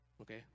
okay